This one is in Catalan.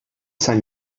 sant